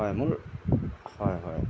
হয় মোৰ হয় হয়